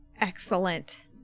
excellent